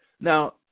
Now